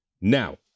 Now